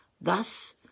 Thus